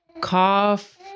cough